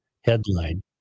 headline